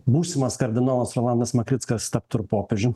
būsimas kardinolas rolandas makrickas taptų ir popiežium